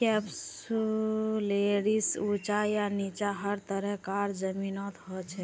कैप्सुलैरिस ऊंचा या नीचा हर तरह कार जमीनत हछेक